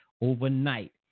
overnight